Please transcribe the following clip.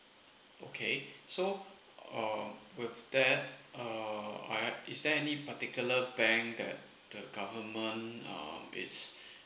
okay so um would there uh I is there any particular bank that the government uh is